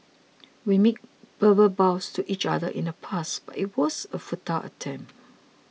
we made verbal vows to each other in the past but it was a futile attempt